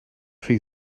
rhy